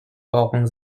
brauchen